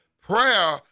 Prayer